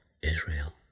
Israel